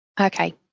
Okay